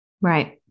Right